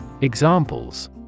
Examples